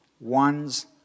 one's